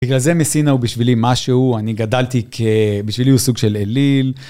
בגלל זה מסינה הוא בשבילי משהו, אני גדלתי כ... בשבילי הוא סוג של אליל.